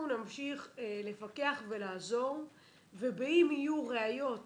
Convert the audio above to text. נמשיך לפקח ולעזור ובאם יהיו ראיות ברורות,